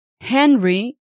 Henry